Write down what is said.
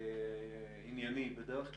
ענייני בדרך כלל.